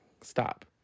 stop